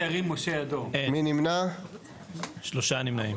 4 נמנעים